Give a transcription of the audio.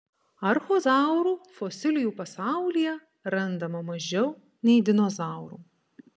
archozaurų fosilijų pasaulyje randama mažiau nei dinozaurų